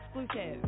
exclusive